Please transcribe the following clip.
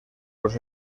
los